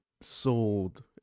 sold